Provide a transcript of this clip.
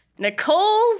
Nicole's